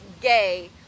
gay